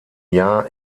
jahr